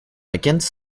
against